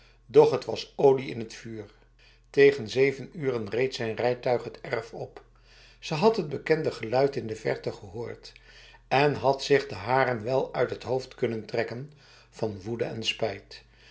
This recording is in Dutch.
doch het was olie in het vuur tegen zeven uren reed zijn rijtuig het erf op ze had het bekende geluid in de verte gehoord en had zich de haren wel uit het hoofd kunnen trekken van woede en spijt